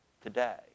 today